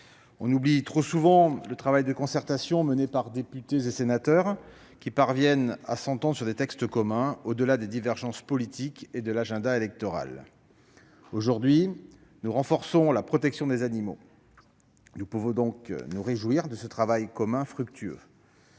On oublie trop souvent le travail de concertation menée par députés et sénateurs, qui parviennent à s'entendre sur des textes communs au-delà des divergences politiques et de l'agenda électoral. Aujourd'hui, nous renforçons la protection des animaux ; nous pouvons nous réjouir de ce travail commun et fructueux.